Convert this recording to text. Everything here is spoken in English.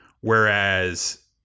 whereas